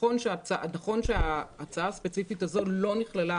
נכון שההצעה הספציפית הזאת לא נכללה